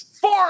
Four